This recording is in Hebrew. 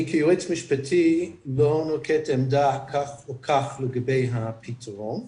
אני כיועץ משפטי לא נוקט עמדה כך או כך לגבי הפתרון,